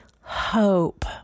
hope